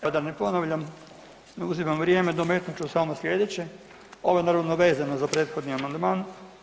Evo da ne ponavljam, da ne uzimam vrijeme dometnut ću samo sljedeće, ovo je naravno vezano za prethodni amandman.